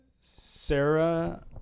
Sarah